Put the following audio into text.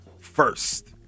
first